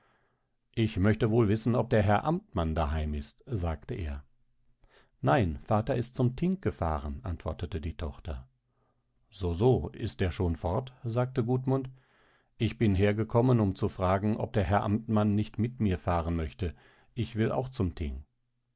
ich möchte wohl wissen ob der herr amtmann daheim ist sagte er nein vater ist zum thing gefahren antwortete die tochter so so ist er schon fort sagte gudmund ich bin hergekommen um zu fragen ob der herr amtmann nicht mit mir fahren möchte ich will auch zum thing